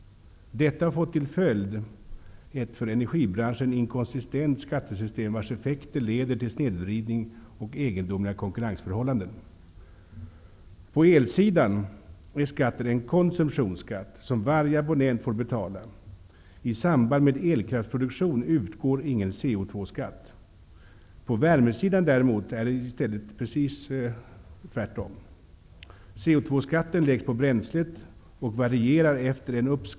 Detta har fått till följd ett för energibranschen inkonsistent skattesystem, vars effekter leder till snedvridning och egendomliga konkurrensförhållanden. På elsidan är skatten en konsumtionsskatt, som varje abonnent får betala. I samband med elkraftsproduktion utgår ingen CO2-skatt. På värmesidan är det tvärtom.